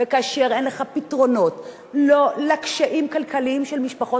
כאשר אין לך פתרונות לקשיים כלכליים של משפחות,